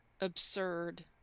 absurd